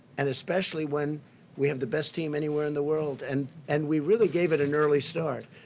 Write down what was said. and especially when we have the best team anywhere in the world, and and we really gave it an early start.